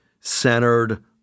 centered